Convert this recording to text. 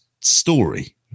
story